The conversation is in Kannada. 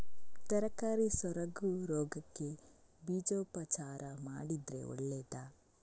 ತರಕಾರಿ ಸೊರಗು ರೋಗಕ್ಕೆ ಬೀಜೋಪಚಾರ ಮಾಡಿದ್ರೆ ಒಳ್ಳೆದಾ?